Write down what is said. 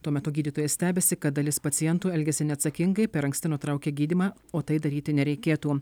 tuo metu gydytojai stebisi kad dalis pacientų elgiasi neatsakingai per anksti nutraukia gydymą o tai daryti nereikėtų